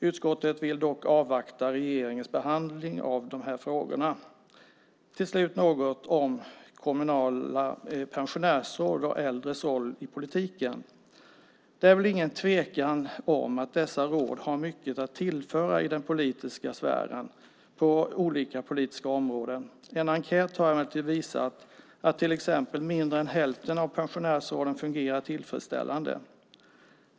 Utskottet vill dock avvakta regeringens behandling av de här frågorna. Till slut ska jag säga något om kommunala pensionärsråd och äldres roll i politiken. Det är väl ingen tvekan om att dessa råd har mycket att tillföra i den politiska sfären på olika politiska områden. En enkät har emellertid visat att till exempel mindre än hälften av pensionärsråden fungerar tillfredsställande.